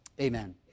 Amen